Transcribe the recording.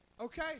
okay